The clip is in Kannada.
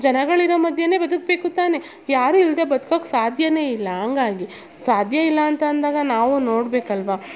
ಜನಗಳರೋ ಮಧ್ಯನೇ ಬದುಕಬೇಕು ತಾನೆ ಯಾರು ಇಲ್ಲದೆ ಬದ್ಕೊಕೆ ಸಾಧ್ಯನೆಯಿಲ್ಲ ಹಂಗಾಗಿ ಸಾಧ್ಯಯಿಲ್ಲ ಅಂತ ಅಂದಾಗ ನಾವು ನೋಡಬೇಕಲ್ವ